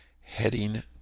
heading